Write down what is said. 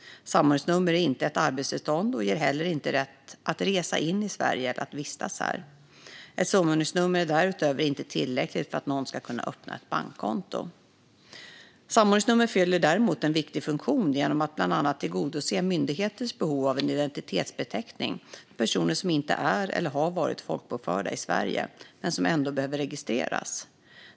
Samordningsnumret är inte ett arbetstillstånd och ger inte heller rätt att resa in i Sverige eller att vistas här. Ett samordningsnummer är därutöver inte tillräckligt för att någon ska kunna öppna ett bankkonto. Samordningsnummer fyller däremot en viktig funktion genom att bland annat tillgodose myndigheters behov av en identitetsbeteckning för personer som inte är eller har varit folkbokförda i Sverige men som ändå behöver registreras.